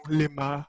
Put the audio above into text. lima